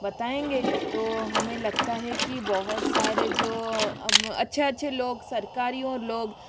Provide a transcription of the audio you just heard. बताएंगे तो हमें लगता है कि बहुत सारे जो अब अच्छे अच्छे लोग सरकारी और लोग